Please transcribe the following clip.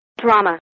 Drama